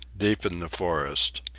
deep in the forest.